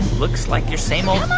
looks like your same old.